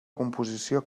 composició